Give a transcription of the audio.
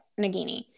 nagini